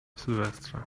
sylwestra